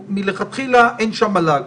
מלכתחילה אין שם מל"ג.